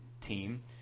team